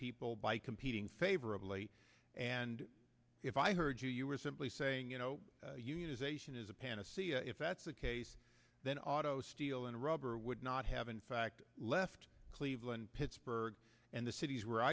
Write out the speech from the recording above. people by competing favorably and if i heard you you were simply saying you know unionization is a panacea if that's the case then auto steel and rubber would not have in fact left cleveland pittsburgh and the cities where